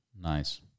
Nice